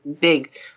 big